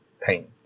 pain